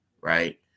right